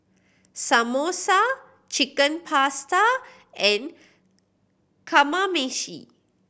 Samosa Chicken Pasta and Kamameshi